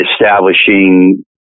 establishing